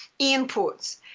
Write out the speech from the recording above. inputs